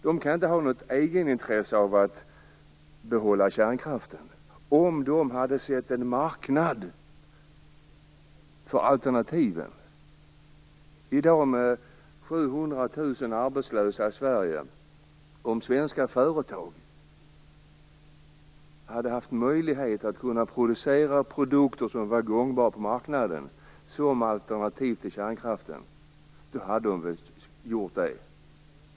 De kan inte ha något egenintresse av att behålla kärnkraften. Det hade varit annorlunda om de hade sett en marknad för alternativen. I dag har vi 700 000 arbetslösa i Sverige. Om svenska företag hade haft möjlighet att producera produkter som var gångbara på marknaden som alternativ till kärnkraften hade de gjort det.